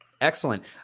Excellent